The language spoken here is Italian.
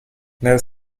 nel